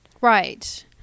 right